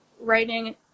writing